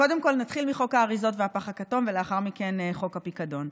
קודם כול נתחיל מחוק האריזות והפח הכתום ולאחר מכן חוק הפיקדון,